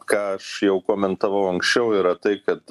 ką aš jau komentavau anksčiau yra tai kad